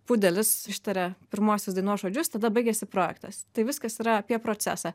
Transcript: pudelis ištarė pirmuosius dainos žodžius tada baigėsi projektas tai viskas yra apie procesą